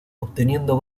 obteniendo